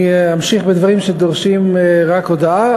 אני אמשיך בדברים שדורשים רק הודעה